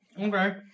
Okay